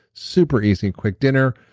super easy and quick dinner.